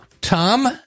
Tom